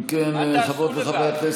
דור אבוד.